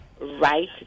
right